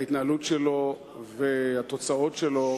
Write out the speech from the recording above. ההתנהלות שלו והתוצאות שלו,